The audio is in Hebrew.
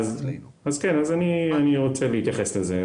אני רוצה להתייחס לזה.